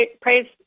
praise